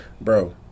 Bro